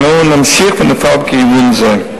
אנו נמשיך ונפעל בכיוון זה.